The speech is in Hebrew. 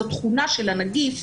זו תכונה של הנגיף.